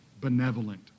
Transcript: benevolent